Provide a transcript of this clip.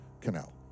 canal